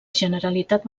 generalitat